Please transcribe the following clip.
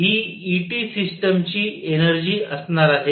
ही E T system ची energy असणार आहे